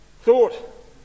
thought